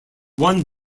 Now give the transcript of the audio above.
one